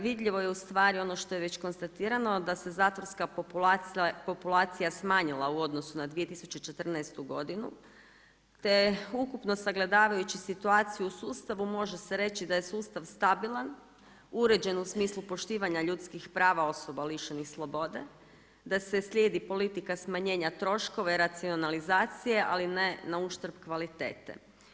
Vidljivo je ono što je već konstatirano da se zatvorska populacija smanjila u odnosu na 2014. godinu te ukupno sagledavajući situaciju u sustavu može se reći da je sustav stabilan, uređen u smislu poštivanja ljudskih prava osoba lišenih slobode, sa se slijedi politika smanjenja troškova i racionalizacije, ali ne na uštrb kvalitete.